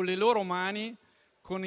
il "signor no":